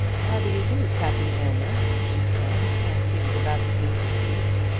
how do you do, captain aylmer? she said, as he was about to take his seat.